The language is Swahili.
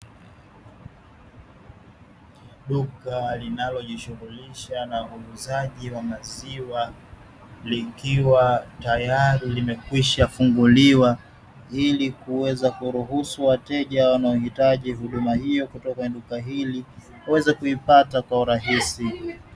Duka linalojishughulisha na uuzaji wa maziwa likiwa tayari limeshafunguliwa, ili kuweza kuruhusu wateja wanaohitaji huduma katika duka hili kupata kwa urahisi.